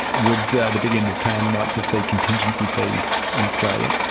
would the big end of town like to see contingency fees in australia?